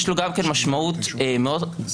יש לו